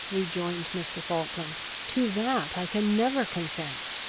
rejoined mr. falkland, to that i can never consent.